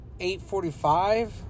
8.45